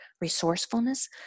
resourcefulness